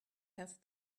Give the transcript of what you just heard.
have